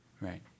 Right